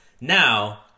Now